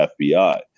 FBI